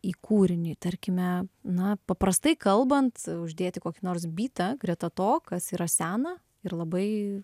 į kūrinį tarkime na paprastai kalbant uždėti kokį nors bytą greta to kas yra sena ir labai